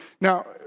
Now